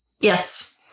Yes